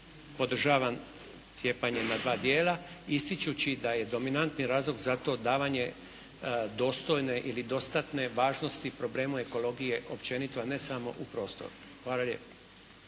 podržavam cijepanje na dva dijela ističući da je dominantni razlog za to davanje dostojne ili dostatne važnosti problemu ekologije općenito a ne samo u prostoru. Hvala lijepo.